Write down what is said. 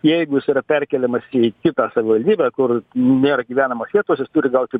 jeigu jis yra perkeliamas į kitą savivaldybę kur nėra gyvenamos vietos jis turi gauti